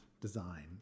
design